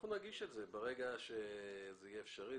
נגיש את זה ברגע שזה יהיה אפשרי,